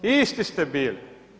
I isti ste bili.